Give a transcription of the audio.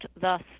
thus